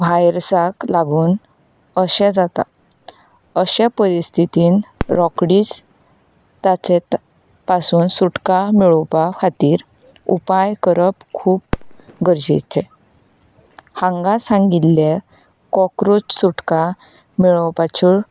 वायसराक लागून अशें जाता अशे परिस्थितींत रोखडीच ताचे पासून सुटका मेळोवपा खातीर उपाय करप खूब गरजेचें हांगा सांगिल्ले कोक्रोच सुटका मेळोवपाच्यो